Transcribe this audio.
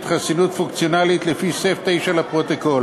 חסינות פונקציונלית לפי סעיף 9 לפרוטוקול,